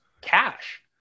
cash